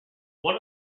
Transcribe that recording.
one